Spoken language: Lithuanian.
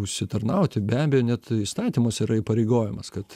užsitarnauti be abejo net įstatymuose yra įpareigojimas kad